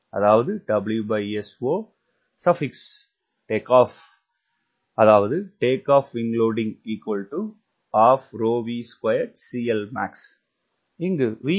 இங்கு V என்பது 1